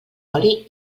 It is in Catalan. oli